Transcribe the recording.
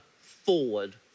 forward